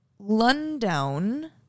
Lundown